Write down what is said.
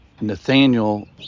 Nathaniel